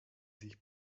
sich